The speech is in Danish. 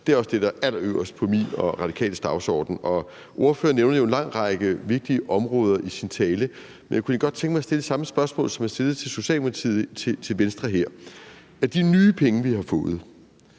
også er det, der er allerøverst på min og Radikales dagsorden. Ordføreren nævnte jo en lang række vigtige områder i sin tale, og jeg kunne egentlig godt tænke mig at stille det samme spørgsmål til Venstres ordfører, som jeg stillede til Socialdemokratiets ordfører. Hvis vi af de nye penge, vi har fået,